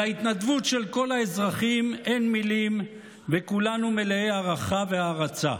על ההתנדבות של כל האזרחים אין מילים וכולנו מלאי הערכה והערצה,